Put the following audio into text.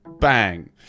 bang